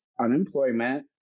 unemployment